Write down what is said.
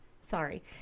sorry